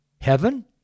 heaven